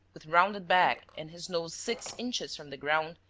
with rounded back and his nose six inches from the ground,